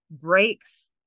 Breaks